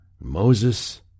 Moses